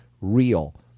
real